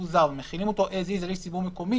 זר ומחילים אותו as is לגבי איש ציבור מקומי,